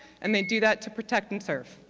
and they do that to protect and serve.